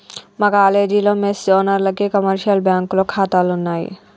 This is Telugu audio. మా కాలేజీలో మెస్ ఓనర్లకి కమర్షియల్ బ్యాంకులో ఖాతాలున్నయ్